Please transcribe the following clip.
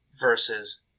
versus